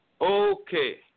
Okay